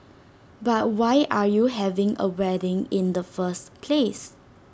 but why are you having A wedding in the first place